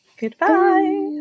Goodbye